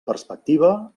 perspectiva